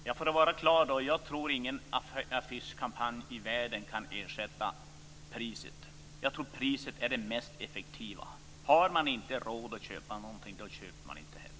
Herr talman! För att vara klar: Jag tror inte att någon affischkampanj i världen kan ersätta priset. Jag tror priset är det mest effektiva. Har man inte råd att köpa någonting köper man inte heller.